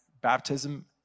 baptism